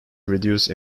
reduce